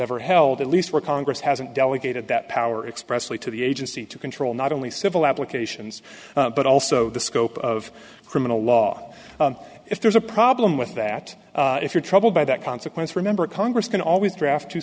ever held at least where congress hasn't delegated that power expressly to the agency to control not only civil applications but also the scope of criminal law if there's a problem with that if you're troubled by that consequence remember congress can always draft two